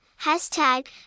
Hashtag